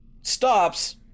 stops